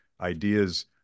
ideas